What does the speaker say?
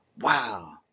Wow